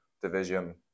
division